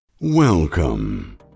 Welcome